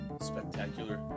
spectacular